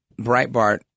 Breitbart